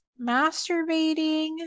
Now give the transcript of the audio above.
masturbating